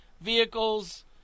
vehicles